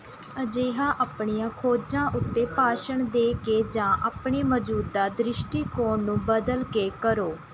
ਅਜਿਹਾ ਆਪਣੀਆਂ ਖੋਜਾਂ ਉੱਤੇ ਭਾਸ਼ਣ ਦੇ ਕੇ ਜਾਂ ਆਪਣੇ ਮੌਜੂਦਾ ਦ੍ਰਿਸ਼ਟੀਕੋਣ ਨੂੰ ਬਦਲ ਕੇ ਕਰੋ